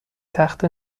تخته